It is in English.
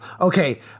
Okay